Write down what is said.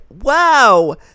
Wow